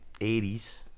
80s